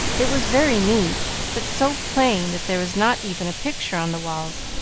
it was very neat, but so plain that there was not even a picture on the walls,